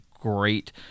great